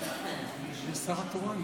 מי השר התורן?